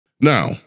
Now